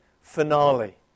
finale